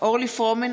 אורלי פרומן,